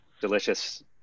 delicious